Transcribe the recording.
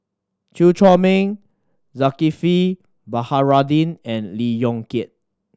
Chew Chor Meng Zulkifli Baharudin and Lee Yong Kiat